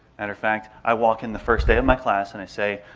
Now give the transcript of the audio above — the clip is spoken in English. and of fact, i walk in the first day of my class and i say,